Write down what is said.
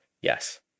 Yes